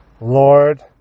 Lord